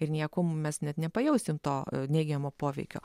ir nieko mum mes net nepajausim to neigiamo poveikio